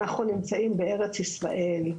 אנחנו נמצאים בארץ ישראל,